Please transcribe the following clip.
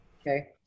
Okay